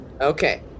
Okay